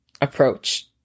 approach